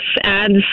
ads